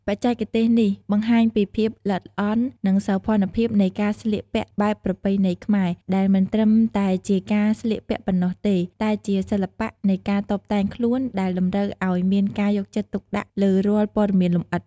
បច្ចេកទេសនេះបង្ហាញពីភាពល្អិតល្អន់ និងសោភ័ណភាពនៃការស្លៀកពាក់បែបប្រពៃណីខ្មែរ ដែលមិនត្រឹមតែជាការស្លៀកពាក់ប៉ុណ្ណោះទេ តែជាសិល្បៈនៃការតុបតែងខ្លួនដែលតម្រូវឲ្យមានការយកចិត្តទុកដាក់លើរាល់ព័ត៌មានលម្អិត។